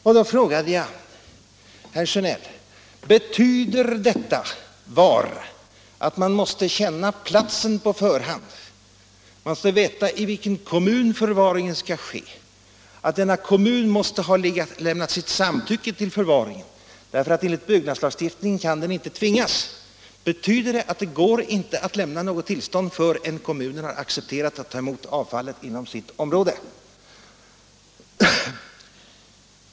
Och så frågade jag herr Sjönell: Betyder detta ”var” att man måste känna platsen på förhand, att man skall veta i vilken kommun förvaringen skall ske, att denna kommun måste ha lämnat sitt samtycke till förvaringen — därför att den enligt byggnadslagstiftningen inte kan tvingas — betyder detta att det alltså inte går att lämna något tillstånd förrän kommunen har accepterat att ta emot avfallet inom sitt område?